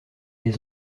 les